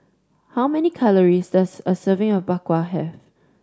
how many calories does a serving of Bak Kwa have